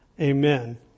Amen